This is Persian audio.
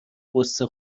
غصه